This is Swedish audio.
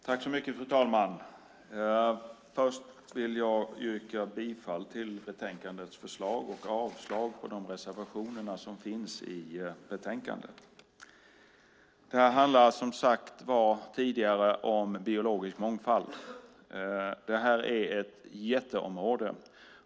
Fru talman! Först vill jag yrka bifall till betänkandets förslag och avslag på de reservationer som finns i betänkandet. Det här handlar, som sagts tidigare, om biologisk mångfald. Det är ett jätteområde.